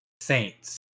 Saints